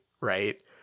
right